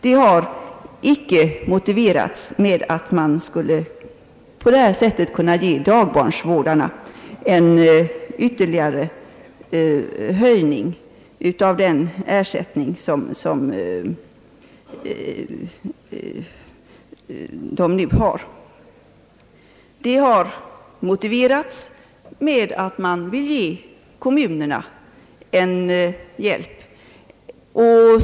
Det har icke motiverats med att man på detta sätt skulle vilja ge dagbarnsvårdarna en ytterligare höjning av den ersättning, som nu utgår. Som motiv har anförts att man vill ge kommunerna en hjälp.